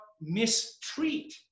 mistreat